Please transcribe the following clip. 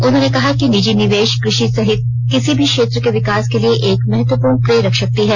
उन्होंने कहा कि निजी निवेश कृषि सहित किसी भी क्षेत्र के विकास के लिए एक महत्वपूर्ण प्रेरक शक्ति है